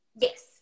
Yes